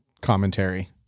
commentary